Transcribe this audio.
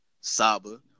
Saba